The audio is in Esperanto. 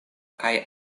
kaj